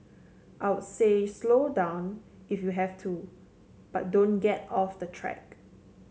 I'd say slow down if you have to but don't get off the track